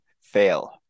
fail